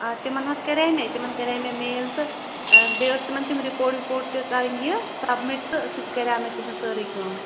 آ تِمن حظ کَرے مےٚ یہِ تِمن کَرے مےٚ میل تہٕ بیٚیہِ ٲسۍ تِمن تِم رِپوٹ وِپوٹ تہِ کَرٕنۍ یہِ سَبمِٹ تہٕ سُہ تہِ کَرے مےٚ تِہنٛز سٲرے کٲم